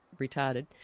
retarded